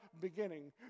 beginning